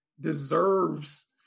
deserves